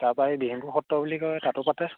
তাৰপা দিগিঙপুৰ সত্ৰ বুলি কয় তাতো পাতে